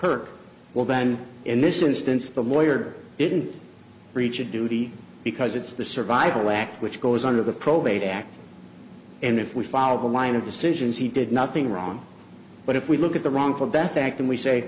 her well then in this instance the mortar didn't breach of duty because it's the survival act which goes under the probate act and if we follow the line of decisions he did nothing wrong but if we look at the wrongful death act and we say